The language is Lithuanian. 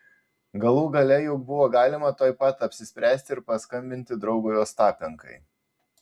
galų gale juk buvo galima tuoj pat apsispręsti ir paskambinti draugui ostapenkai